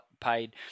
paid